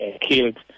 killed